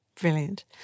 Brilliant